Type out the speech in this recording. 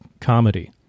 comedy